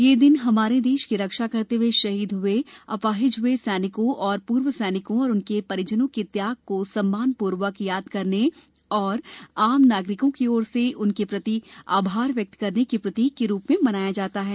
यह दिन हमारे देश की रक्षा करते हुए शहीद हुए अपाहिज हुए सैनिकों और पूर्व सैनिकों और उनके परिवारों के त्याग को सम्मान पूर्वक याद करने एवं आम नागरिकों की और से उनके प्रति आभार व्यक्त करने के प्रतीक स्वरूप मनाया जाता है